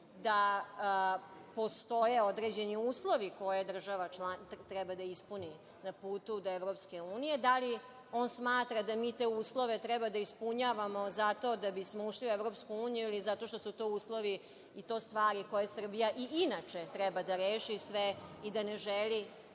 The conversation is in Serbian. Da postoje određeni uslovi koje država članica treba da ispuni na putu do EU? Da li je on smatra da mi te uslove treba da ispunjavamo zato da bismo ušli u EU ili zato što su to uslovi i to stvari koje Srbije i inače treba da reši, sve i da ne želi